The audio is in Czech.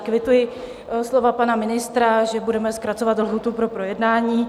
Kvituji slova pana ministra, že budeme zkracovat lhůtu pro projednání.